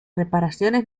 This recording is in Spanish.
reparaciones